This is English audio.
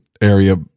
area